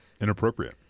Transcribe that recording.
inappropriate